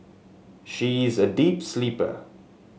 she is a deep sleeper